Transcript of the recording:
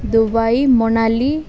Dubai Manali